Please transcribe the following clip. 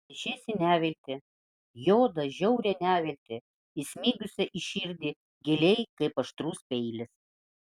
nešėsi neviltį juodą žiaurią neviltį įsmigusią į širdį giliai kaip aštrus peilis